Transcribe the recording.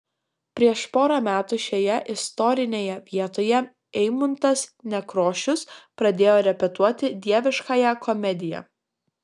prieš porą metų šioje istorinėje vietoje eimuntas nekrošius pradėjo repetuoti dieviškąją komediją